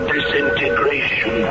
disintegration